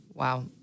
Wow